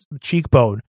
cheekbone